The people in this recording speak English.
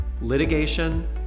litigation